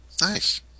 Nice